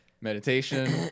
Meditation